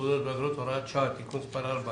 תעודות ואגרות) (הוראת שעה) (תיקון מס' ),